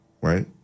right